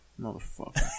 Motherfucker